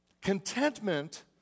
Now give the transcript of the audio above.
contentment